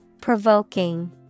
Provoking